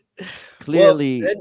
Clearly